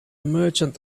merchant